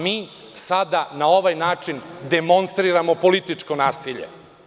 Mi sada na ovaj način demonstriramo političko nasilje.